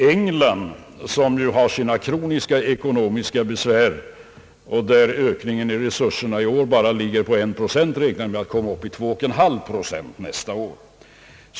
England, som har sina kroniska ekonomiska besvär och där ökningen av resurserna i år bara ligger på 1 procent, räknar med att komma upp till 2,5 procent nästa år.